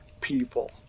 people